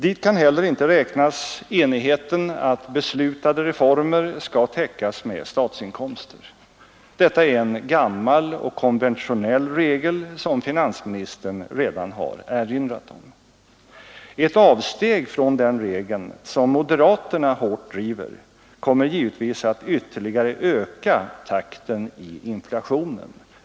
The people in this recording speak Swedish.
Dit kan inte heller räknas enigheten om att beslutade reformer skall täckas med statsinkomster. Detta är en gammal och konventionell regel, som finansministern redan har erinrat om. Ett avsteg från den regeln — en linje som moderaterna hårt driver — kommer givetvis att ytterligare öka takten i inflationen.